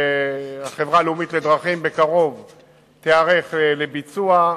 והחברה הלאומית לדרכים תיערך בקרוב לביצוע.